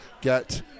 get